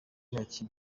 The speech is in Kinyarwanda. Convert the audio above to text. intoki